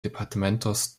departamentos